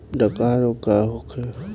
डकहा रोग का होखे?